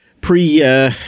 pre